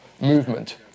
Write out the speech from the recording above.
movement